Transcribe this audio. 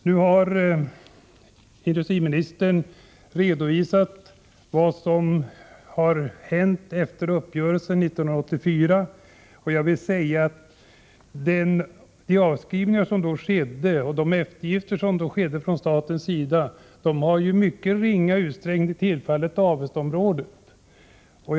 Nu har industriministern redovisat vad som har hänt efter uppgörelsen 1984. De eftergifter i form av avskrivningar som då gjordes från statens sida har i mycket ringa utsträckning tillfallit Avestaområdet.